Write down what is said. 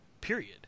period